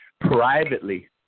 privately